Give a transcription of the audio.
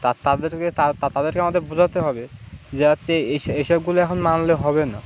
তার তাদেরকে তা তাদেরকে আমাদের বোঝাতে হবে যে হচ্ছে এস এসবগুলো এখন মানলে হবে না